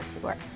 tour